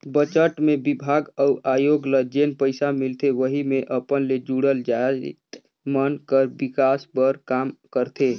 budget मे बिभाग अउ आयोग ल जेन पइसा मिलथे वहीं मे अपन ले जुड़ल जाएत मन कर बिकास बर काम करथे